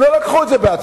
הם לא לקחו את זה בעצמם,